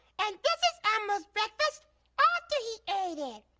and this is elmo's breakfast ah after he ate it,